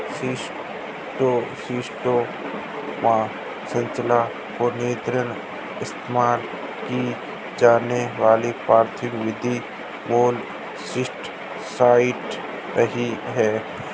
schistosoma संचरण को नियंत्रित इस्तेमाल की जाने वाली प्राथमिक विधि मोलस्कसाइड्स रही है